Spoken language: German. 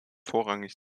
vorrangig